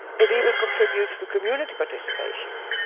it even contributes to community participation.